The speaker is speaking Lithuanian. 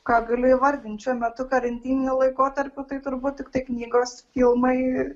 ką galiu įvardint šiuo metu karantininiu laikotarpiu tai turbūt tiktai knygos filmai